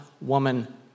woman